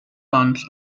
buns